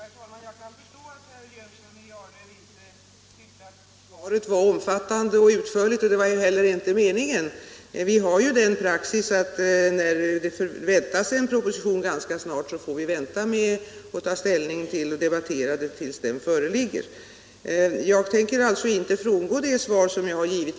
Herr talman! Jag kan förstå att herr Jönsson i Arlöv inte tyckte att svaret var omfattande och utförligt, men det var heller inte meningen. Vi har ju en sådan praxis att om det väntas en proposition ganska snart, så avvaktar vi med att debattera frågorna till dess propositionen har presenterats. Jag tänker inte frångå det svar som jag här har givit.